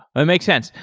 but makes sense.